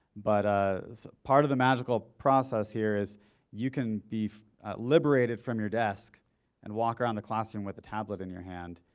but ah part of the magical process here is you can be liberated from your desk and walk around the classroom with the tablet in your hand.